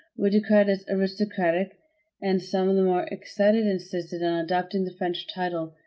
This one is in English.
were decried as aristocratic and some of the more excited insisted on adopting the french title,